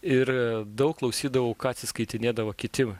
ir daug klausydavau ką atsiskaitinėdavo kiti